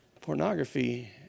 pornography